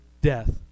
death